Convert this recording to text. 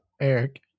Eric